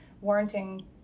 warranting